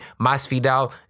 Masvidal